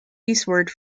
eastward